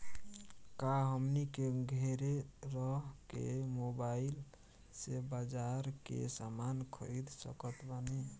का हमनी के घेरे रह के मोब्बाइल से बाजार के समान खरीद सकत बनी?